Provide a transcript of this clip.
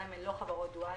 גם אם הן לא חברות דואליות,